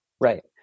Right